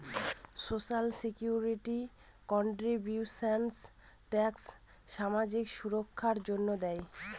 social security contributions tax সামাজিক সুররক্ষার জন্য দেয়